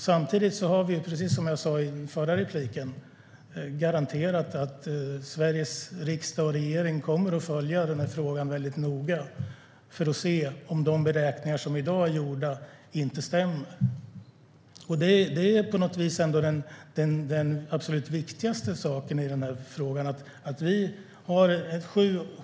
Samtidigt har vi, precis som jag sa i förra repliken, garanterat att Sveriges riksdag och regering kommer att följa den här frågan väldigt noga för att se om de beräkningar som i dag är gjorda inte stämmer. Det är på något vis ändå det absolut viktigaste i den här frågan.